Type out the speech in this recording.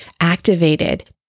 activated